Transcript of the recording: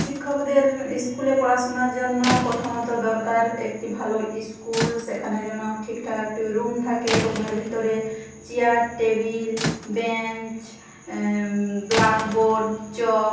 শিক্ষকদের ইস্কুলে পড়াশোনার জন্য প্রথমত দরকার একটি ভালো ইস্কুল সেখানে যেন ঠিকঠাক একটি রুম থাকে রুমের ভিতরে চিয়ার টেবিল বেঞ্চ ব্লাকবোর্ড চক